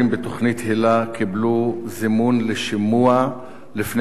היל"ה קיבלו זימון לשימוע לפני פיטורים.